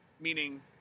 meaning